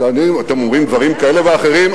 אתם אומרים דברים כאלה ואחרים,